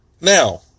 now